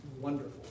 wonderful